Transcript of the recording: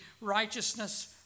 righteousness